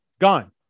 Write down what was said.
gone